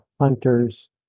hunters